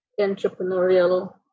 entrepreneurial